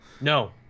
No